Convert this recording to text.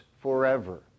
forever